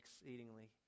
exceedingly